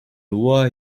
loi